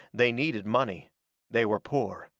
they needed money they were poor.